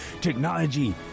Technology